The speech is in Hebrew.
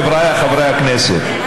חבריי חברי הכנסת,